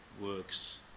works